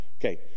Okay